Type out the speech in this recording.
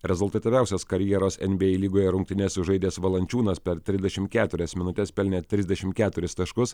rezultatyviausias karjeros nba lygoje rungtynes sužaidęs valančiūnas per trisdešimt keturias minutes pelnė trisdešimt keturis taškus